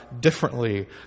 differently